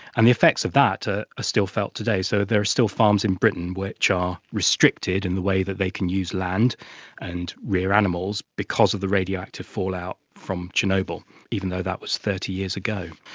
and the effects of that are still felt today. so there are still farms in britain which are restricted in the way that they can use land and rear animals because of the radioactive fallout from chernobyl, even though that was thirty years ago.